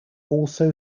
also